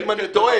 ואם אני טועה,